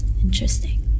interesting